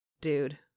dude